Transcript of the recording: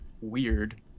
weird